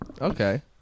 okay